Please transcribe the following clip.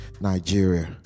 Nigeria